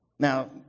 Now